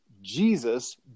Jesus